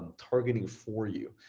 targeting for you.